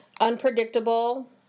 unpredictable